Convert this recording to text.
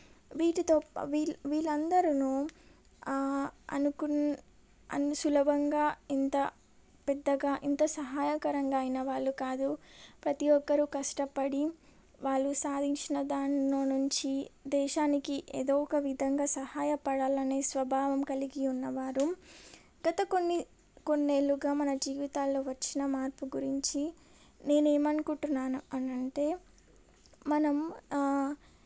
వీటితో వీళ్ళందరూ అనుకున్ అని సులభంగా ఇంత పెద్దగా ఇంత సహాయకరంగా అయిన వాళ్ళు కాదు ప్రతి ఒక్కరూ కష్టపడి వాళ్ళు సాధించిన దానిలో నుంచి దేశానికి ఏదో ఒక విధంగా సహాయపడాలనే స్వభావం కలిగి ఉన్నవారు గత కొన్ని కొన్నేళ్ళుగా మన జీవితాల్లో వచ్చిన మార్పు గురించి నేను ఏమనుకుంటున్నాను అని అంటే మనం